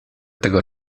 tego